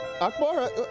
Akbar